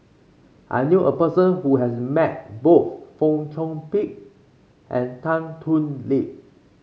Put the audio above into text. I knew a person who has met both Fong Chong Pik and Tan Thoon Lip